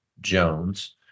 Jones